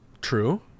True